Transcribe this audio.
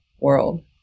world